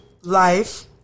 life